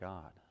God